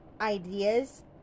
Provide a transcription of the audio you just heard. ideas